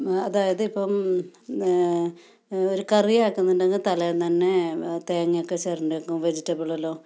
അതായത് ഇപ്പം ഒരു കറി ആക്കുന്നുണ്ടെങ്കിൽ തലേന്ന് തന്നെ തേങ്ങയൊക്കെ ചിരണ്ടി വയ്ക്കും വെജിറ്റബിൾ എല്ലാം